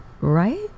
right